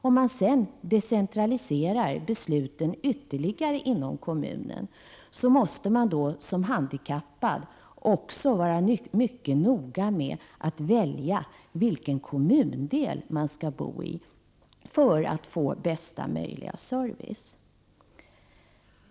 Om besluten decentraliseras ytterligare inom kommunen måste den som är handikappad också vara mycket noga med att välja vilken kommundel han skall bo i för att få bästa möjliga service.